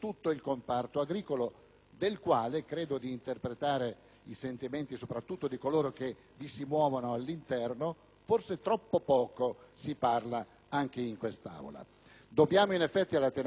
del quale credo di interpretare i sentimenti, soprattutto di coloro che vi si muovono all'interno e di cui forse troppo poco si parla anche in quest'Aula. Dobbiamo in effetti alla tenacia del relatore Piccioni